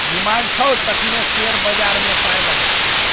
दिमाग छौ तखने शेयर बजारमे पाय लगा